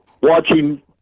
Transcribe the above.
watching